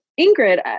Ingrid